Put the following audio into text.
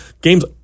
games